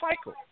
cycle